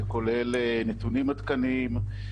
שכולל נתונים עדכניים,